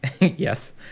Yes